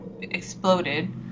exploded